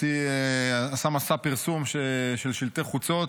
עשה מסע פרסום של שלטי חוצות: